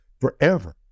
forever